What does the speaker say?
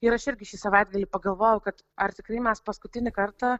ir aš irgi šį savaitgalį pagalvojau kad ar tikrai mes paskutinį kartą